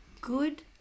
Good